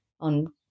on